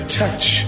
touch